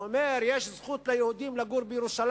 הוא אומר: יש ליהודים זכות לגור בירושלים.